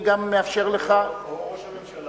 האומרת: ראש ממשלה